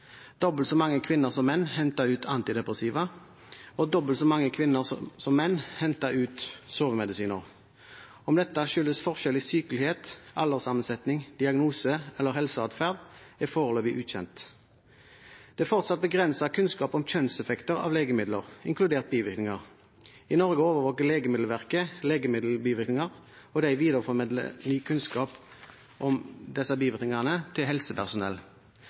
Dobbelt så mange kvinner som menn hentet ut antidepressiver, og dobbelt så mange kvinner som menn hentet ut sovemedisiner. Om dette skyldes forskjell i sykelighet, alderssammensetning, diagnose eller helseatferd, er foreløpig ukjent. Det er fortsett begrenset kunnskap om kjønnseffekter av legemidler, inkludert bivirkninger. I Norge overvåker Legemiddelverket legemiddelbivirkninger, og de videreformidler ny kunnskap om disse bivirkningene til helsepersonell.